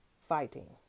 fighting